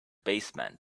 baseman